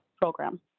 program